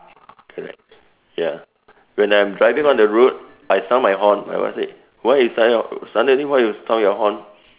correct ya when I'm driving on the road I sound my horn my wife said why you sound your suddenly why you sound your horn